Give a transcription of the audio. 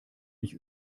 mich